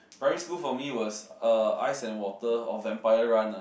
primary school for me was uh ice and water or vampire run ah